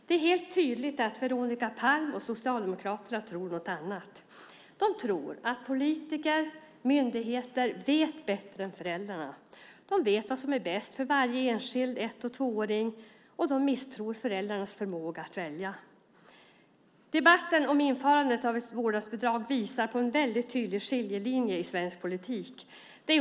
Det är helt tydligt att Veronica Palm och Socialdemokraterna tror någonting annat. De tror att politiker och myndigheter vet bättre än föräldrarna. De vet vad som är bäst för varje enskild ett och tvååring, och de misstror föräldrarnas förmåga att välja. Debatten om införandet av ett vårdnadsbidrag visar på en väldigt tydlig skiljelinje i svensk politik.